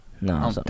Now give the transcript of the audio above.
no